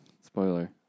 Spoiler